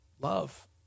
love